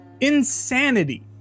insanity